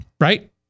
Right